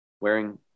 wearing